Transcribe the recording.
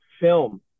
film